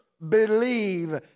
Believe